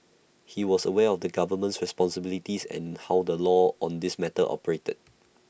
he was aware of the government's responsibilities and how the law on this matter operated